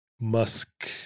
Musk